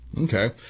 Okay